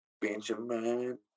Benjamin